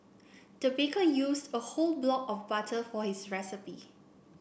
the baker used a whole block of butter for his recipe